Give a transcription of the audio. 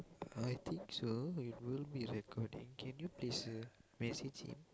I think so it will be recording can you please message him